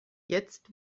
jetzt